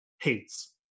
hates